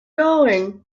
going